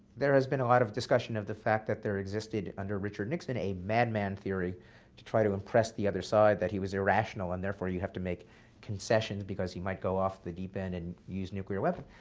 there has been a lot of discussion of the fact that there existed under richard nixon a madman theory to try to impress the other side that he was irrational and therefore you have to make concessions, because he might go off the deep end and use nuclear weapons.